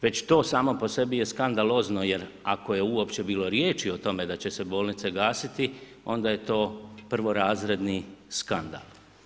Već to samo po sebi je skandalozno jer ako je uopće bilo riječi i tome da će se bolnice gasiti, onda je to prvorazredni skandal.